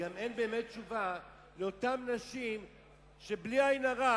אין באמת תשובה לאותן נשים שבלי עין הרע